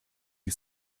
you